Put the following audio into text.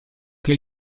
che